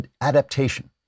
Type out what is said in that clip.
adaptation